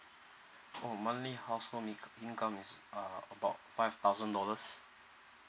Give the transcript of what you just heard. orh monthly household income is err about five thousand dollars